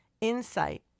insight